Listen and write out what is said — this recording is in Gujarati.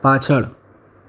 પાછળ